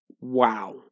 Wow